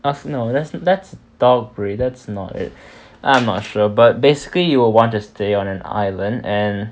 !huh! no that's that's dog breed that's not it I'm not sure but basically you will want to stay on an island and